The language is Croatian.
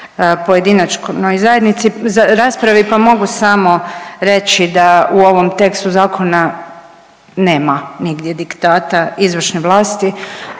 pojedinačnoj zajednici, raspravi pa mogu samo reći da u ovom tekstu zakona nema nigdje diktata izvršne vlasti,